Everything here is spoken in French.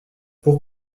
pour